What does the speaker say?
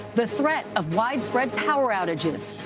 the threat of widespread power outages.